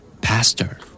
Pastor